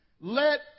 Let